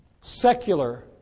secular